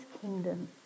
kingdom